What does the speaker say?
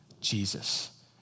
Jesus